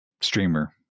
streamer